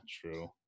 true